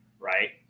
Right